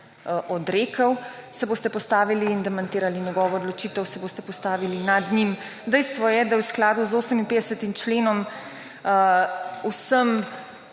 odrekel, se boste postavili in demantirali njegovo odločitev, se boste postavili nad nji. Dejstvo je, da je v skladu z 58. členom vsem